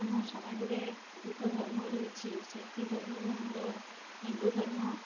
ଆମ ସମାଜରେ ବହୁତ ଧର୍ମ ରହିଛି ସେଥି ଧର୍ମରୁ ଆମର ହିନ୍ଦୁ ଧର୍ମ